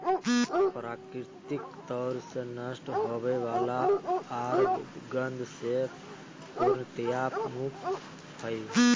प्राकृतिक तौर से नष्ट होवय वला आर गंध से पूर्णतया मुक्त हइ